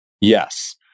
Yes